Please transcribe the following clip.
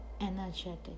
energetic